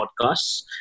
podcasts